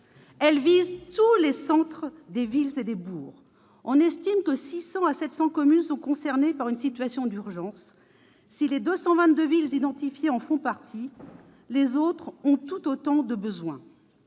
Elle vise tous les centres des villes et des bourgs. On estime que 600 à 700 communes sont concernées par une situation d'urgence ; si les 222 villes identifiées en font partie, les autres ont tout autant de besoins.